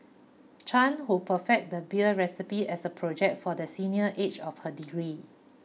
Chan who perfected the beer recipe as a project for the senior each of her degree